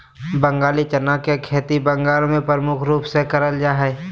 बंगाली चना के खेती बंगाल मे प्रमुख रूप से करल जा हय